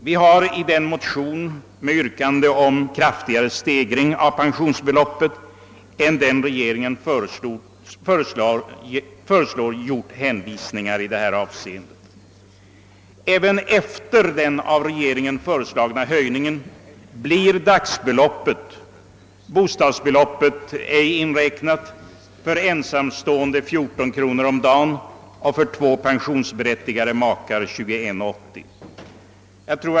Vi har i vår motion med yrkande om kraftigare stegring av pensionsbeloppet än den regeringen föreslår gjort hänvisningar i detta avseende. Även efter den av regeringen föreslagna höjningen blir dagsbeloppet — bostadsbeloppet icke inräknat — för ensamstående 14 kronor och för två pensionsberättigade makar 21:80.